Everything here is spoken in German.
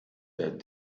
der